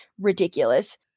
ridiculous